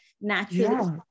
naturally